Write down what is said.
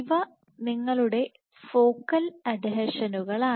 ഇവ നിങ്ങളുടെ ഫോക്കൽ അഡ്ഹീഷനുകളാണ്